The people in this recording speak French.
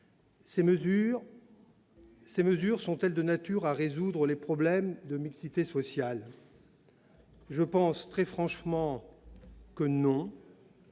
ces mesures seraient-elles de nature à résoudre les problèmes de mixité sociale ? Je pense très franchement que non